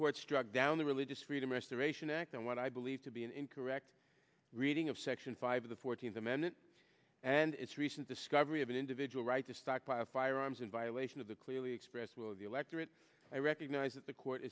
court struck down the religious freedom restoration act and what i believe to be an incorrect reading of section five of the fourteenth amendment and its recent discovery of an individual right to stockpile firearms in violation of the clearly expressed will of the electorate i recognize that the court